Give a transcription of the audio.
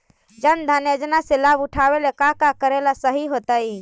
जन धन योजना के लाभ उठावे ला का का करेला सही होतइ?